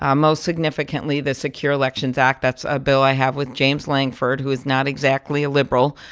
um most significantly, the secure elections act that's a bill i have with james lankford, who is not exactly a liberal,